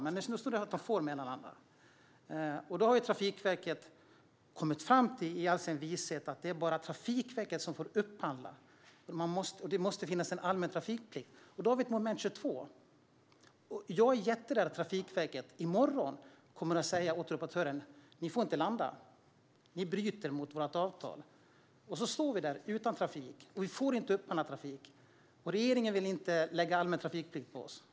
Men nu står det att de får mellanlanda. Då har Trafikverket i all sin vishet kommit fram till att det bara är Trafikverket som får upphandla, och det måste finnas en allmän trafikplikt. Då har vi ett moment 22. Jag är jätterädd för att Trafikverket i morgon kommer att säga åt operatören: Ni får inte landa. Ni bryter mot vårt avtal. Då står vi utan trafik, och vi får inte upphandla trafik. Regeringen vill inte lägga allmän trafikplikt på oss.